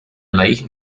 leichen